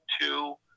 Two